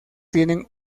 tienen